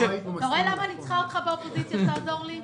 אתה רואה למה אני צריכה אותך באופוזיציה שתעזור לי?